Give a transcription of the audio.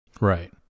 right